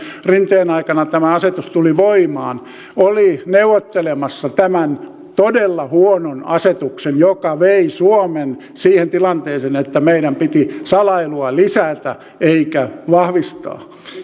rinteen aikana tämä asetus tuli voimaan oli neuvottelemassa tämän todella huonon asetuksen joka vei suomen siihen tilanteeseen että meidän piti salailua lisätä eikä vahvistaa